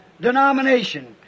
denomination